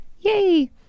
Yay